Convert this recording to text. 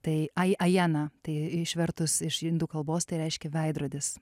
tai aj ajena tai išvertus iš indų kalbos tai reiškia veidrodis